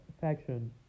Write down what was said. faction